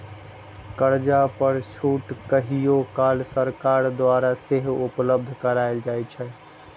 कर्जा पर छूट कहियो काल सरकार द्वारा सेहो उपलब्ध करायल जाइ छइ